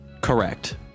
Correct